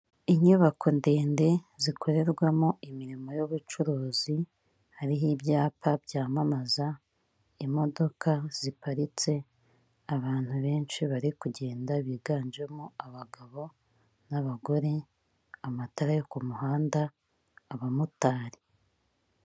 Inyubako ndende zikorerwamo imirimo y'ubucuruzi, hariho ibyapa byamamaza imodoka ziparitse abantu benshi bari kugenda biganjemo abagabo n'abagore, amatara yo ku muhanda abamotari.